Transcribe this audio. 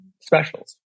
specials